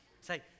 Say